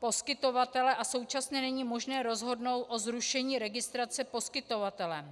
poskytovatele, a současně není možné rozhodnout o zrušení registrace poskytovatelem.